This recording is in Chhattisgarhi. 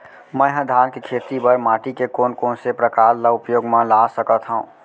मै ह धान के खेती बर माटी के कोन कोन से प्रकार ला उपयोग मा ला सकत हव?